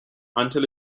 until